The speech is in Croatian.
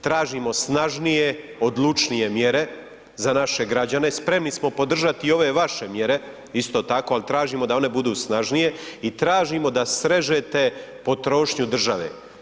Tražimo snažnije, odlučnije mjere za naše građane, spremni smo podržati i ove vaše mjere isto tako, ali tražimo da one budu snažnije i tražimo da srežete potrošnju države.